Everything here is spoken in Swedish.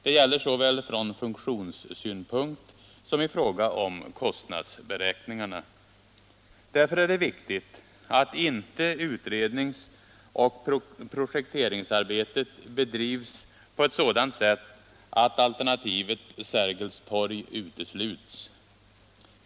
Detta gäller såväl från funktionssynpunkt som i fråga om kostnadsberäkningarna. Därför är det viktigt att inte utredningsoch projekteringsarbete bedrivs på ett sådant sätt att alternativet Sergels torg utesluts.